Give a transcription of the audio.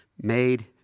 made